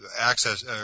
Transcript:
access